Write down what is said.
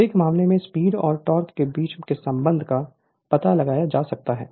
प्रत्येक मामले में स्पीड और टोक़ के बीच के संबंध का पता लगाया जा सकता है